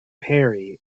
perry